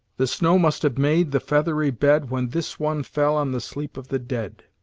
the snow must have made the feathery bed when this one fell on the sleep of the dead.